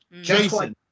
Jason